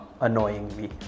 annoyingly